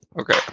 Okay